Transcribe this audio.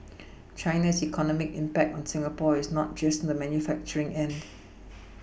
China's economic impact on Singapore is not just on the manufacturing end